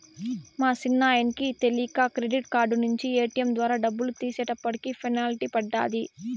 మా సిన్నాయనకి తెలీక క్రెడిట్ కార్డు నించి ఏటియం ద్వారా డబ్బులు తీసేటప్పటికి పెనల్టీ పడ్డాది